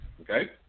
Okay